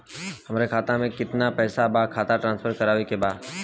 हमारे खाता में कितना पैसा बा खाता ट्रांसफर करावे के बा?